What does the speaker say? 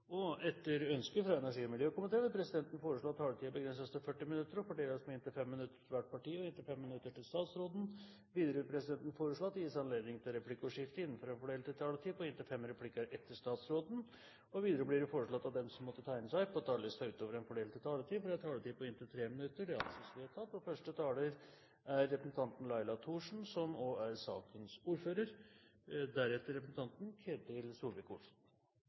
4. Etter ønske fra energi- og miljøkomiteen vil presidenten foreslå at taletiden begrenses til 40 minutter, og fordeles med inntil 5 minutter til hvert parti, og inntil 5 minutter til statsråden. Videre vil presidenten foreslå at det gis anledning til replikkordskifte på inntil fem replikker etter innlegget fra statsråden innenfor den fordelte taletid. Videre blir det foreslått at de som måtte tegne seg på talerlisten utover den fordelte taletid, får en taletid på inntil 3 minutter. – Det anses vedtatt. Og som vi alle har forstått, er første taler Snorre Serigstad Valen, og han er også sakens ordfører.